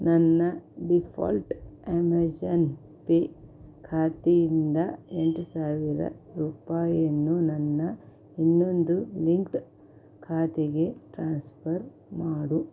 ನನ್ನ default Amazon Pay ಖಾತೆಯಿಂದ ಎಂಟು ಸಾವಿರ ರೂಪಾಯಿಯನ್ನು ನನ್ನ ಇನ್ನೊಂದು ಲಿಂಕ್ಡ್ ಖಾತೆಗೆ ಟ್ರಾನ್ಸ್ಪರ್ ಮಾಡು